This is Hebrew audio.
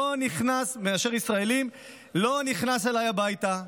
לא נכנס אליי הביתה.